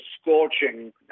scorching